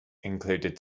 included